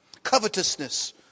covetousness